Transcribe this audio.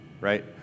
right